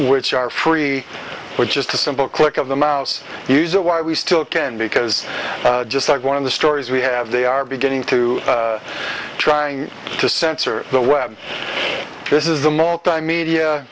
which are free but just a simple click of the mouse user why we still can because just like one of the stories we have they are beginning to trying to censor the web this is the multimedia